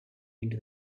into